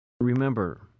remember